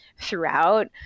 throughout